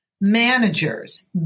Managers